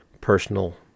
personal